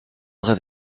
vrai